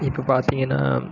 இப்போ பார்த்தீங்கன்னா